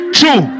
two